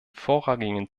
vorrangigen